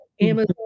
Amazon